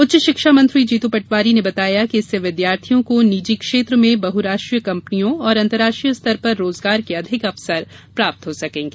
उच्च शिक्षा मंत्री जीतू पटवारी ने बताया कि इससे विद्यार्थियों को निजी क्षेत्र में बहुराष्ट्रीय कम्पनियों और अंतर्राष्ट्रीय स्तर पर रोजगार के अधिक अवसर प्राप्त हो सकेंगे